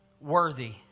worthy